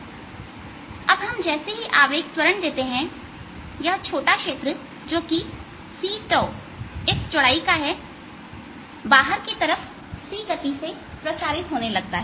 अब हम जैसे ही आवेग त्वरण देते हैं यह छोटा क्षेत्र जो कि c𝜏 चौड़ाई का है बाहर की तरफ c गति से प्रसारित होने लगता है